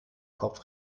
kopf